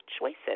choices